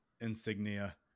insignia